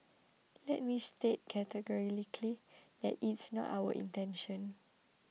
let me state categorically that is not our intention